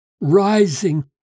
rising